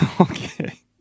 Okay